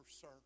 sir